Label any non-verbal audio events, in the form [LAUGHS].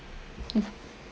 [LAUGHS]